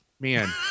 man